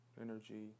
energy